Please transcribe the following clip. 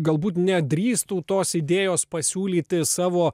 galbūt nedrįstų tos idėjos pasiūlyti savo